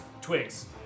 Twigs